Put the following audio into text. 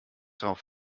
darauf